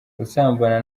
gusambana